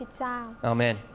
Amen